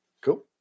cool